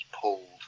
pulled